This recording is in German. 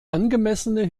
angemessene